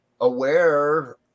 aware